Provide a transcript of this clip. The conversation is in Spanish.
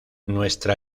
nuestra